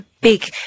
big